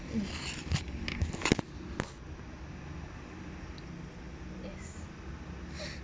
um